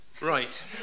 Right